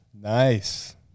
Nice